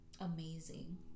amazing